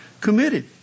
committed